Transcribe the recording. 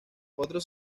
otros